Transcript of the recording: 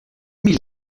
mille